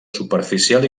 superficial